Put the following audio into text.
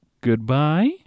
Goodbye